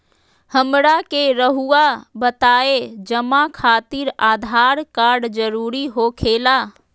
हमरा के रहुआ बताएं जमा खातिर आधार कार्ड जरूरी हो खेला?